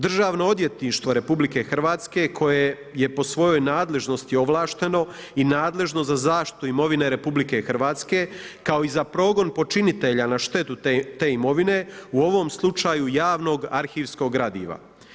Državno odvjetništvo RH koje je po svojoj nadležnosti ovlašteno i nadležno za zaštitu imovine RH, kao i za progon počinitelja na štetu te imovine, u ovom slučaju javnog arhivskog gradiva.